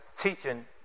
teaching